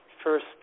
first